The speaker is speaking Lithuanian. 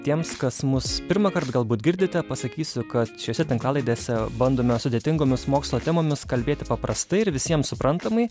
tiems kas mus pirmąkart galbūt girdite pasakysiu kad šiose tinklalaidėse bandome sudėtingomis mokslo temomis kalbėti paprastai ir visiems suprantamai